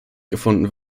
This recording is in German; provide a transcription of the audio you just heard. gefunden